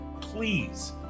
please